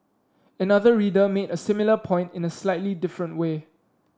another reader made a similar point in a slightly different way